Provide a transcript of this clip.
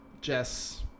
Jess